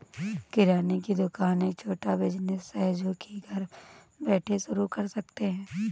किराने की दुकान एक छोटा बिज़नेस है जो की घर बैठे शुरू कर सकते है